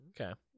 Okay